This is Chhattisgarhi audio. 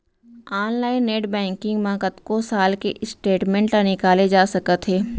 ऑनलाइन नेट बैंकिंग म कतको साल के स्टेटमेंट ल निकाले जा सकत हे